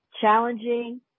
challenging